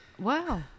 Wow